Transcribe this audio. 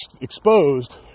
exposed